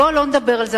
בוא לא נדבר על זה.